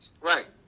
Right